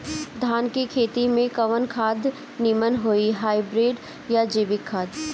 धान के खेती में कवन खाद नीमन होई हाइब्रिड या जैविक खाद?